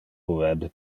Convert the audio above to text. web